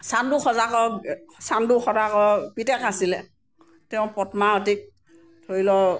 চাণ্ডো সদাগৰৰ চাণ্ডো সদাগৰৰ পুতেক আছিলে তেওঁ পদ্মাৱতীক ধৰি লওঁক